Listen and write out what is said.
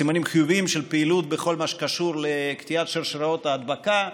סימנים חיוביים של פעילות בכל מה שקשור לקטיעת שרשראות ההדבקה.